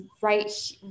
Right